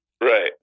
Right